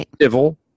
civil